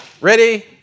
Ready